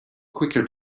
quicker